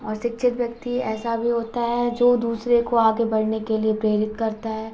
और सिक्षित व्यक्ति ऐसा भी होता है जो दूसरे को आगे बढ़ने के लिए प्रेरित करता है